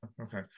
Okay